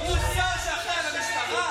הוא השר שאחראי על המשטרה?